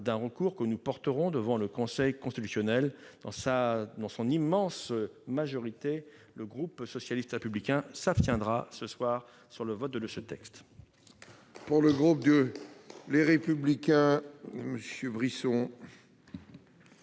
recours que nous porterons devant le Conseil constitutionnel, dans son immense majorité, le groupe socialiste et républicain s'abstiendra sur ce texte.